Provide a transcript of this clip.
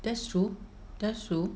that's true that's true